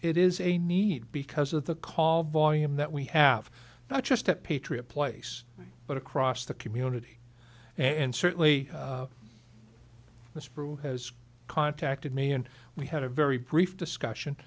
it is a need because of the call volume that we have not just at patriot place but across the community and certainly this brew has contacted me and we had a very brief discussion